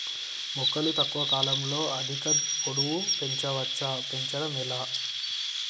మొక్కను తక్కువ కాలంలో అధిక పొడుగు పెంచవచ్చా పెంచడం ఎలా?